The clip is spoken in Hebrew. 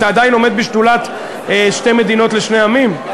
אתה עדיין עומד בשדולת שתי מדינות לשני עמים,